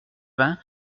vingts